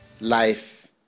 life